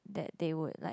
that they would like